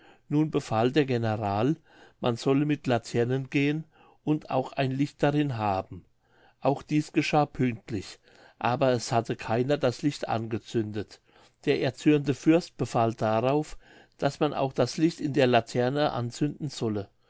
nun befahl der general man solle mit laternen gehen und auch ein licht darin haben auch dies geschah pünktlich aber es hatte keiner das licht angezündet der erzürnte fürst befahl darauf daß man auch das licht in der laterne anzünden solle